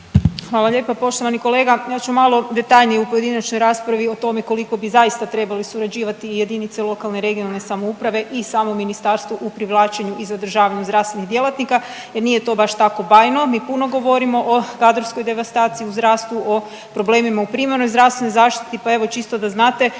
Hvala lijepa. Poštovani kolega, ja ću malo detaljnije u pojedinačnoj raspravi o tome koliko bi zaista trebali surađivati i jedinice lokalne i regionalne samouprave i samo ministarstvo u privlačenju i zadržavanju zdravstvenih djelatnika jer nije to baš tako bajno. Mi puno govorimo o kadrovskoj devastaciji u zdravstvu, o problemima u primarnoj zdravstvenoj zaštiti, pa evo čisto da znate